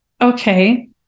okay